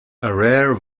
rare